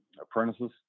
apprentices